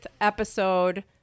episode